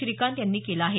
श्रीकांत यांनी केलं आहे